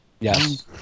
Yes